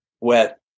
wet